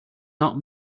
not